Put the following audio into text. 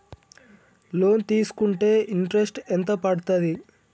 Loan తీస్కుంటే interest ఎంత పడ్తది?